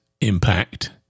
impact